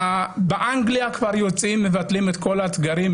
באנגליה כבר יוצאים ומבטלים את כל הסגרים,